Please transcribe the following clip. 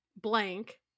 blank